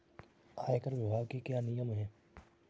आयकर विभाग के क्या नियम हैं?